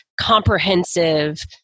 comprehensive